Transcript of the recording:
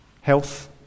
health